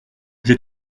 j’ai